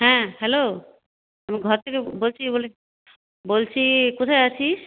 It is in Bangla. হ্যাঁ হ্যালো আমি ঘর থেকে বলছি বলছি কোথায় আছিস